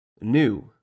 new